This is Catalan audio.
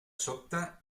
sobte